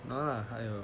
no lah 还有